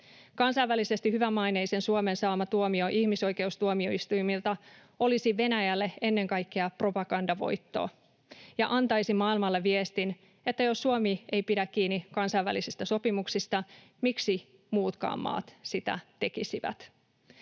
Kansainvälisesti hyvämaineisen Suomen saama tuomio ihmisoikeustuomioistuimilta olisi Venäjälle ennen kaikkea propagandavoitto ja antaisi maailmalle viestin, että jos Suomi ei pidä kiinni kansainvälisistä sopimuksista, miksi muutkaan maat sitä tekisivät.